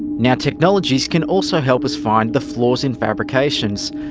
now technologies can also help us find the flaws in fabrications,